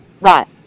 Right